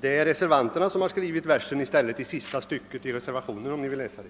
Reservanterna har skrivit en vers i sista stycket av reservationerna, om ni vill läsa det.